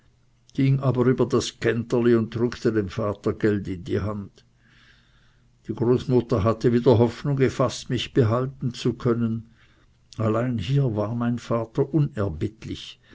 ging aber über das genterli und drückte dem vater geld in die hand die großmutter hatte wieder hoffnung gefaßt mich behalten zu können allein mein vater